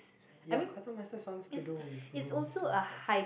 ya quartermaster sounds to do with rooms and stuff